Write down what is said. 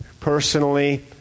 personally